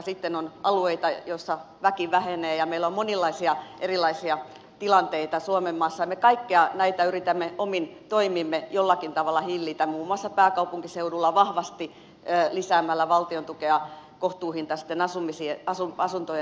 sitten on alueita joilla väki vähenee ja meillä on monenlaisia erilaisia tilanteita suomenmaassa ja me kaikkia näitä yritämme omin toimimme jollakin tavalla hillitä muun muassa pääkaupunkiseudulla vahvasti lisäämällä valtion tukea kohtuuhintaisten asuntojen rakentamiseen